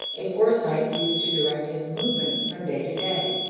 a foresight used to direct his movements from day to day.